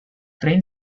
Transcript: train